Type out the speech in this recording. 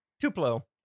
Tupelo